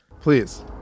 Please